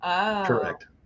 Correct